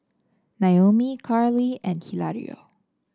Naomi Carlee and Hilario